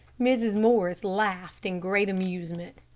mrs. morris laughed in great amusement.